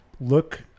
look